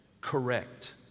correct